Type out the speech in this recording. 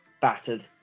battered